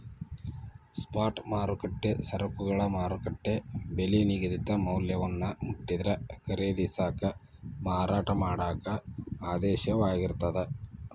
spot ಮಾರುಕಟ್ಟೆ ಸರಕುಗಳ ಮಾರುಕಟ್ಟೆ ಬೆಲಿ ನಿಗದಿತ ಮೌಲ್ಯವನ್ನ ಮುಟ್ಟಿದ್ರ ಖರೇದಿಸಾಕ ಮಾರಾಟ ಮಾಡಾಕ ಆದೇಶವಾಗಿರ್ತದ